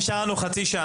נשאר לנו חצי שעה.